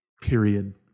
Period